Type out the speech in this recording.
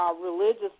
religious